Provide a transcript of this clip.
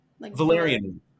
Valerian